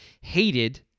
hated